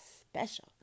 special